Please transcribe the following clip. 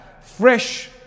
fresh